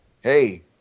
hey